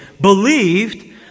believed